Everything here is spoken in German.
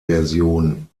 version